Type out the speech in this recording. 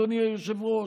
אדוני היושב-ראש,